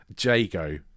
Jago